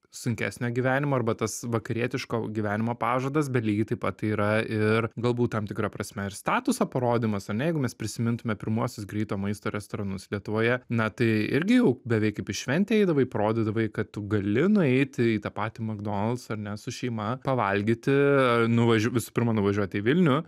sunkesnio gyvenimo arba tas vakarietiško gyvenimo pažadas bet lygiai taip pat yra ir galbūt tam tikra prasme ir statuso parodymas ar ne jeigu mes prisimintume pirmuosius greito maisto restoranus lietuvoje na tai irgi jau beveik kaip į šventę eidavai parodydavai kad tu gali nueiti į tą patį makdonoldsą ar ne su šeima pavalgyti nuvaž visų pirma nuvažiuot į vilnių